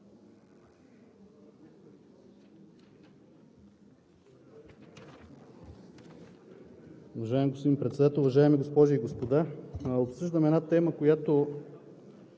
Уважаеми господин Председател, уважаеми госпожи и господа! Обсъждаме една тема, която